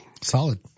Solid